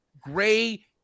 gray